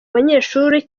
abanyeshuri